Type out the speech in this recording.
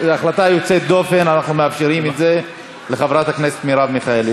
בהחלטה יוצאת דופן אנחנו מאפשרים את זה לחברת הכנסת מרב מיכאלי.